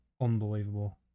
Unbelievable